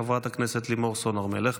חברת הכנסת לימור סון הר מלך.